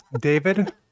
David